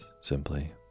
simply